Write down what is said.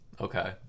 okay